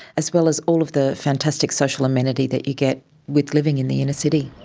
as well as all of the fantastic social amenity that you get with living in the inner city.